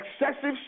excessive